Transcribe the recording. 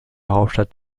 hauptstadt